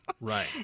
right